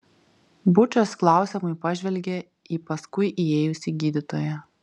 bučas klausiamai pažvelgė į paskui įėjusį gydytoją